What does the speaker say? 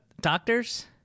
doctors